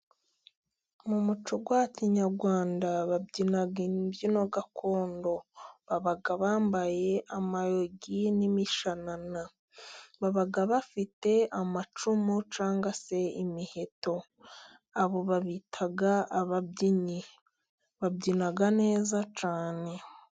Mu muco wa kinyarwanda babyina imbyino gakondo. Baba bambaye amayugi n'imishanana, baba bafite amacumu cyangwa se imiheto. Abo babita ababyinnyi. Babyina neza cyane.